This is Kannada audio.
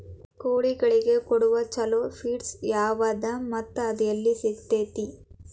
ಕೋಳಿಗಳಿಗೆ ಕೊಡುವ ಛಲೋ ಪಿಡ್ಸ್ ಯಾವದ ಮತ್ತ ಅದ ಎಲ್ಲಿ ಸಿಗತೇತಿ?